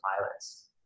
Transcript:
pilots